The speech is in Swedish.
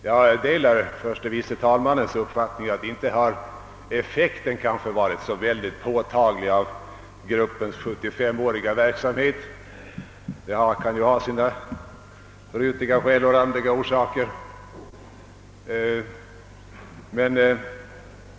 Jag delar förste vice talmannens uppfattning att effekten av gruppens 75-åriga verksamhet kanske inte har varit så påtaglig. Det kan ju ha sina rutiga skäl och randiga orsaker.